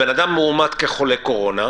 הבן אדם מאומת כחולה קורונה,